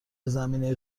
زمینه